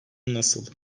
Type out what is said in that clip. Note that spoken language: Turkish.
nasıl